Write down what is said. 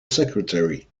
secretary